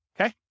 Okay